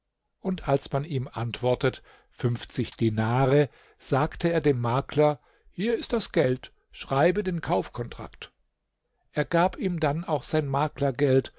und als man ihm antwortet fünfzig dinare sagte er dem makler hier ist das geld schreibe den kaufkontrakt er gab ihm dann auch sein